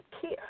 care